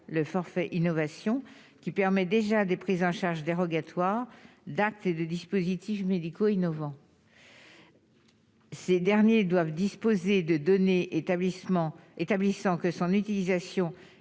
le forfait innovation qui permet déjà des prises en charge dérogatoire et de dispositifs médicaux innovants. Ces derniers doivent disposer de données établissant que son utilisation